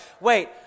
wait